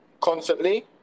constantly